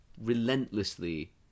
relentlessly